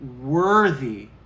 worthy